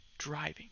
Driving